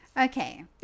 okay